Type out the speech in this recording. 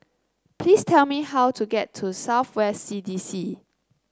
please tell me how to get to South West C D C